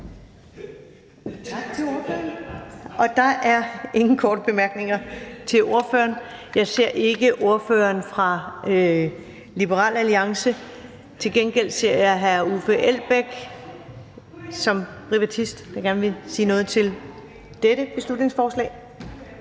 Tak til ordføreren. Der er ingen korte bemærkninger til ordføreren. Jeg ser ikke ordføreren for Liberal Alliance. Til gengæld ser jeg hr. Uffe Elbæk, der gerne som privatist vil sige noget til dette beslutningsforslag.